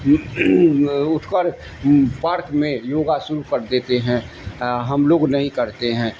اٹھ کر پارک میں یوگا شروع کر دیتے ہیں ہم لوگ نہیں کرتے ہیں